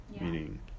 Meaning